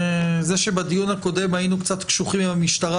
זה שבדיון הקודם היינו קצת קשוחים עם המשטרה